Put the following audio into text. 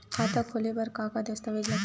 खाता खोले बर का का दस्तावेज लगथे?